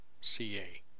CA